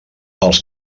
els